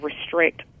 restrict